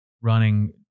running